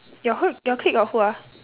your who your clique got who ah